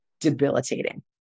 debilitating